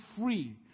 free